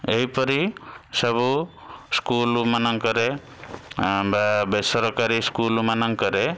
ଏହିପରି ସବୁ ସ୍କୁଲ୍ ମାନଙ୍କରେ ବେ ବେସରକାରୀ ସ୍କୁଲ୍ ମାନଙ୍କରେ